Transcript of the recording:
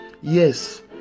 Yes